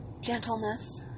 gentleness